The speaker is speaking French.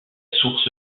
source